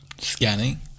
Scanning